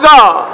God